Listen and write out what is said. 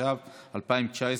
התש"ף 2019,